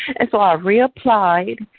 and so i reapplied,